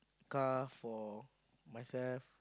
car for myself